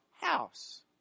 house